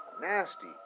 Nasty